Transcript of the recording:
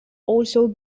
also